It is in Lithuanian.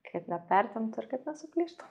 kaip nepertemptų ir kad nesuplyštų